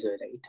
right